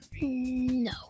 No